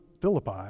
Philippi